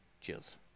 Cheers